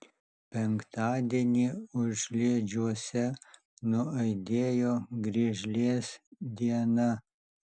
penktadienį užliedžiuose nuaidėjo griežlės diena